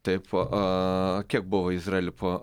taip aaa kiek buvo izraelyje po